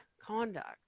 conduct